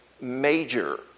major